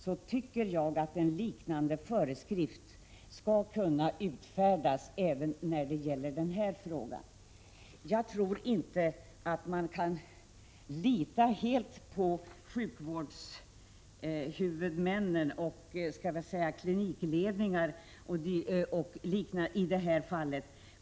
Jag tycker att en liknande föreskrift skulle kunna utfärdas även i det här fallet. Jag tycker inte att man enbart kan sätta sin lit till sjukvårdshuvudmän och klinikledningar i detta avseende.